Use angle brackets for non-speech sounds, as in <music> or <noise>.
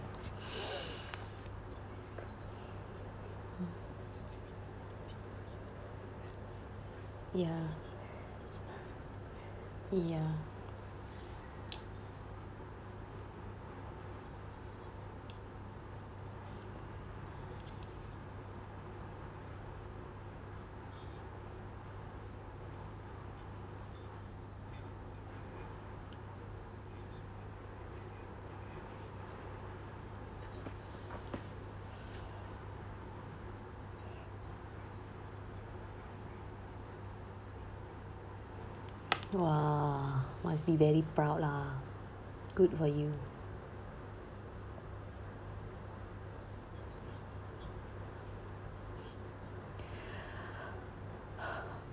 <breath> ya ya !wah! must be very proud lah good for you <breath>